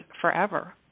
forever